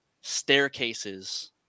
staircases